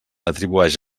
atribueix